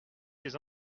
ses